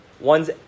one's